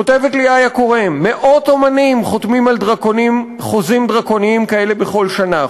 כותבת לי איה כורם: מאות אמנים חותמים על חוזים דרקוניים כאלה בכל שנה,